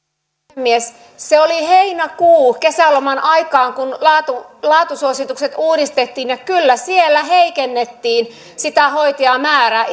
puhemies se oli heinäkuu kesäloman aikaan kun laatusuositukset uudistettiin ja kyllä siellä heikennettiin sitä hoitajamäärää